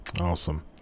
Awesome